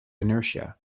inertia